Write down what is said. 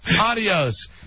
Adios